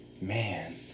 Man